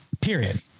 Period